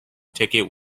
ticket